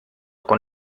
con